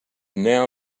now